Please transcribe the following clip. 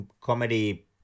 comedy